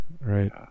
right